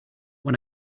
when